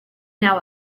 now